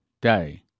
day